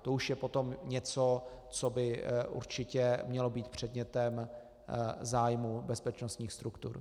To už je potom něco, co by určitě mělo být předmětem zájmu bezpečnostních struktur.